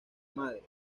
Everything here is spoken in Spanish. madre